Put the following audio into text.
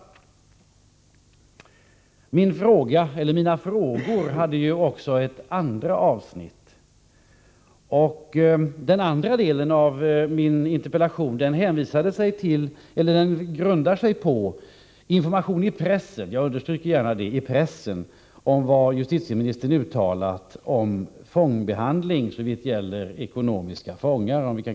Min interpellation hade också ett andra avsnitt. Denna andra del grundar sig på information i pressen — det vill jag gärna understryka — om vad justitieministern uttalade beträffande behandlingen av s.k. ekonomiska fångar.